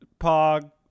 Pog